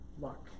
luck